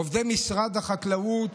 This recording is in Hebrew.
עובדי משרד החקלאות,